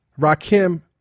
Rakim